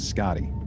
Scotty